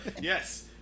Yes